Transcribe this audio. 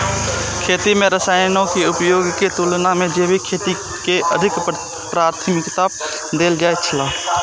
खेती में रसायनों के उपयोग के तुलना में जैविक खेती के अधिक प्राथमिकता देल जाय छला